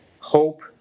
hope